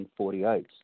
1948